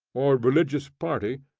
or religious party,